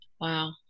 Wow